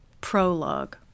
Prologue